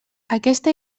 aquesta